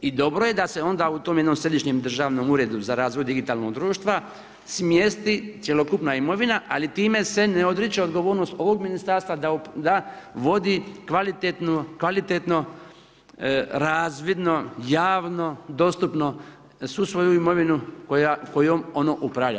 I dobro je da se onda u tom jednom središnjem državnom uredu za razvoj digitalnog društva smjesti cjelokupna imovina ali time se ne odriče odgovornost ovog ministarstva da vodi kvalitetno razvidno, javno dostupno svu svoju imovinu kojom ono upravlja.